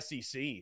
SEC